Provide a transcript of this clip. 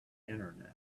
internet